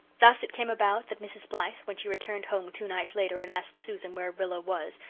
thus it came about that mrs. blythe, when she returned home two nights later and asked susan where rilla was,